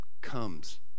comes